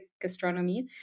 gastronomy